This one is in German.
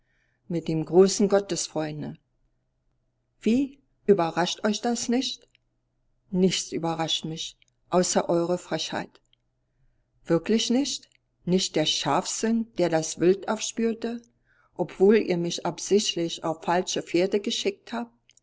mit dem großen gottesfreunde wie überrascht euch das nicht nichts überrascht mich außer eurer frechheit wirklich nicht nicht der scharfsinn der das wild aufspürte obwohl ihr mich absichtlich auf falsche fährte geschickt habt